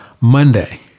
Monday